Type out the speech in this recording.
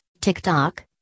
TikTok